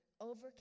overcame